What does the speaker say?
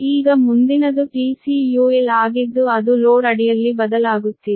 ಈಗ ಮುಂದಿನದು TCUL ಆಗಿದ್ದು ಅದು ಲೋಡ್ ಅಡಿಯಲ್ಲಿ ಬದಲಾಗುತ್ತಿದೆ